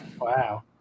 Wow